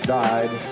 died